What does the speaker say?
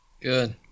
Good